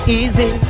easy